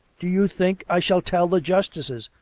do you think i shall tell the justices?